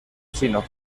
chino